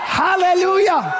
hallelujah